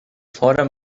fordern